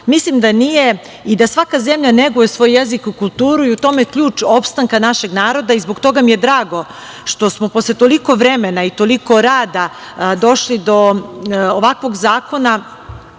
Mislim da nije i da svaka zemlja neguje svoj jezik i kulturu i u tome je ključ opstanka našeg naroda, i zbog toga mi je drago što smo posle toliko vremena i toliko rada došli do ovakvog zakona